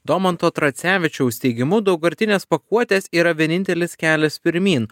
domanto tracevičiaus teigimu daugkartinės pakuotės yra vienintelis kelias pirmyn